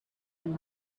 and